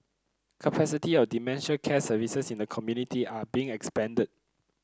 capacity of dementia care services in the community are being expanded